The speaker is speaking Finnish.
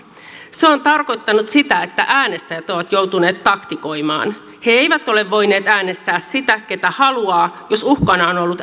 se on tarkoittanut sitä että äänestäjät ovat joutuneet taktikoimaan he eivät ole voineet äänestää ketä ovat halunneet jos uhkana on ollut